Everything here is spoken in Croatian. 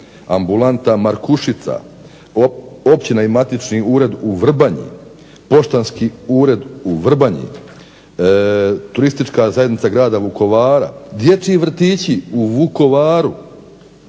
ambulanta Markušica, općina i matični ured u Vrbanji, poštanski ured u Vrbanji, Turistička zajednica grada Vukovara, dječji vrtići u Vukovaru,